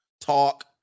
talk